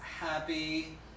happy